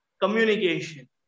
communication